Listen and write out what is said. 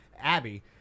Abby